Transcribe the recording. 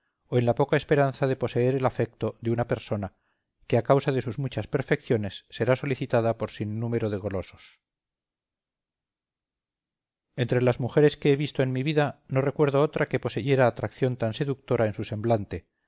en la poca esperanza de poseer el afecto de una persona que a causa de sus muchas perfecciones será solicitada por sin número de golosos entre las mujeres que he visto en mi vida no recuerdo otra que poseyera atracción tan seductora en su semblante